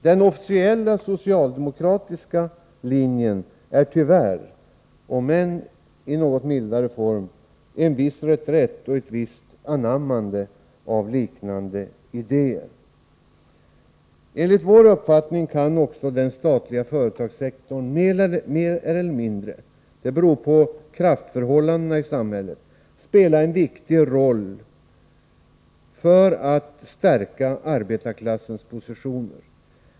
Den officiella socialdemokratiska linjen innebär tyvärr en viss reträtt och — om än i något mildare form — ett visst anammande av liknande idéer. Enligt vår uppfattning kan också den statliga företagssektorn mer eller mindre — det beror på kraftförhållandena i samhället — spela en viktig roll för att stärka arbetarklassens positioner.